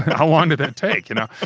how long did that take? you know?